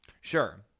Sure